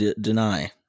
deny